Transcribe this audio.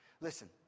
Listen